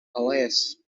alias